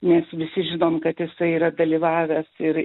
mes visi žinom kad jisai yra dalyvavęs ir